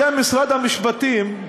נעניתי על-ידי משרד המשפטים,